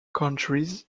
countries